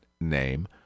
name